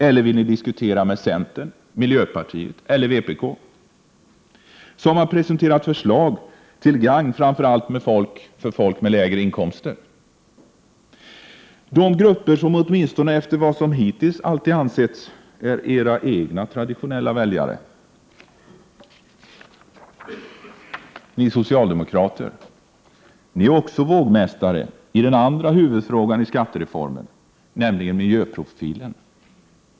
Eller vill ni diskutera med centern, miljöpartiet eller vpk, som har presenterat förslag till gagn för framför allt folk med lägre inkomster, de grupper som, åtminstone efter vad som hittills alltid ansetts, är era egna traditionella väljare? Ni socialdemokrater är också vågmästare i den andra huvudfrågan i skattereformen, nämligen miljöprofilen.